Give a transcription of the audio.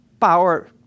power